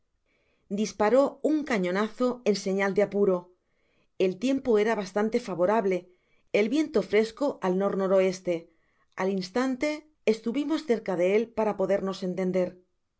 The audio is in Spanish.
disparó un cañonazo eo señal de apuro el tiempo era bastante favorable el viento fresco al n n o al instante estuvimos cerca de él para podernos entender